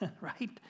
right